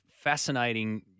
fascinating